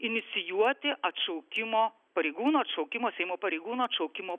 inicijuoti atšaukimo pareigūno atšaukimo seimo pareigūno atšaukimo